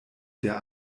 der